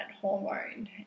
hormone